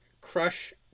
Crush